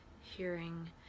hearing